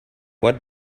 what